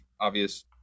obvious